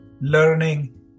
learning